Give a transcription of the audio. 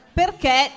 perché